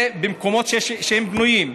זה במקומות שהם בנויים.